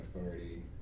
authority